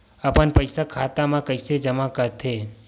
अपन पईसा खाता मा कइसे जमा कर थे?